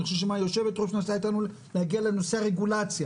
אני חושב שיושבת הראש מנסה להגיע לנושא הרגולציה.